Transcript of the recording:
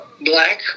black